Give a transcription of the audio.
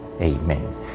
Amen